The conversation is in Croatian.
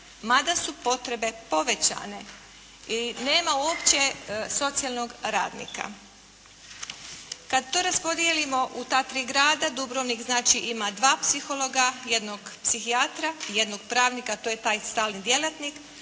mada su potrebe povećane i nema uopće socijalnog radnika. Kad to raspodijelimo u ta tri grada, Dubrovnik znači ima 2 psihologa, jednog psihijatra, jednog pravnika, to je taj stalni djelatnik,